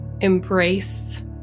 Embrace